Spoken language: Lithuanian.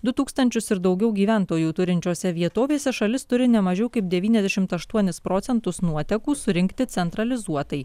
du tūkstančius ir daugiau gyventojų turinčiose vietovėse šalis turi ne mažiau kaip devyniasdešimt aštuonis procentus nuotekų surinkti centralizuotai